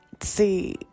See